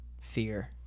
Fear